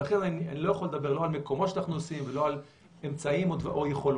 ולכן אני לא יכול לדבר על מקומות שאנחנו עושים ולא אמצעים או יכולות.